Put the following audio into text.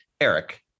Eric